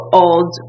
old